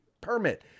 permit